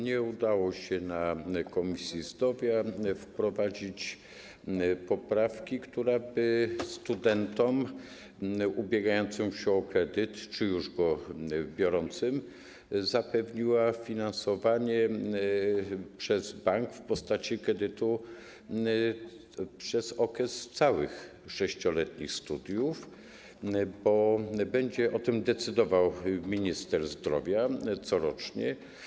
Nie udało się na posiedzeniu Komisji Zdrowia wprowadzić poprawki, która studentom ubiegającym się o kredyt czy już go biorącym zapewniłaby finansowanie przez bank w postaci kredytu przez okres całych 6-letnich studiów, bo będzie o tym decydował minister zdrowia corocznie.